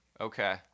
Okay